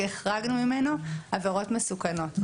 כי החרגנו ממנו עבירות מסוכנות,